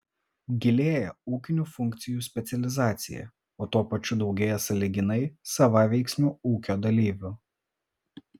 gilėja ūkinių funkcijų specializacija o tuo pačiu daugėja sąlyginai savaveiksmių ūkio dalyvių